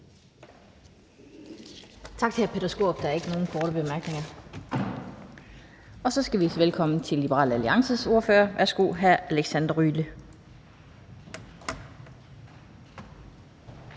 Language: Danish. Tak til hr. Peter Skaarup. Der er ikke nogen korte bemærkninger. Så skal vi sige velkommen til Liberal Alliances ordfører. Værsgo, hr. Alexander Ryle.